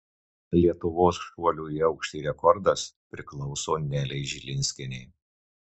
lietuvos šuolių į aukštį rekordas priklauso nelei žilinskienei